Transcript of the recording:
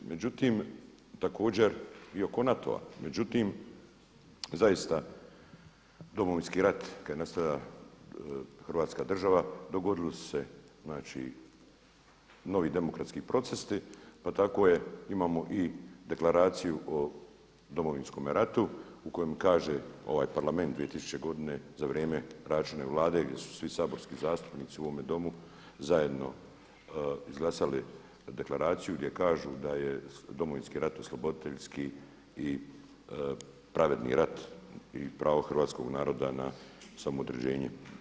Međutim, također i oko NATO-a, međutim zaista Domovinski rat, kad je nastala hrvatska država dogodili su se znači novi demokratski procesi pa tako imao i deklaraciju o Domovinskom ratu u kojem kaže ovaj Parlament 2000. godine za vrijeme Račanove vlade gdje su svi saborski zastupnici u ovome domu zajedno izglasali deklaraciju gdje kažu da je Domovinski rat osloboditeljski i pravedni rat i pravo hrvatskog naroda na samoodređenje.